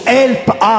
help